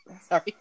sorry